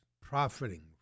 profiting